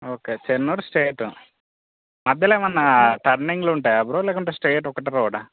okay Chennur state మధ్యలో ఏమైనా టర్నింగ్లు ఉంటాయా బ్రో లేకుంటే స్ట్రెయిట్ ఒకటే రోడ్డా